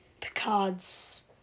Picard's